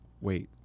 Wait